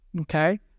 okay